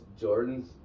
Jordan's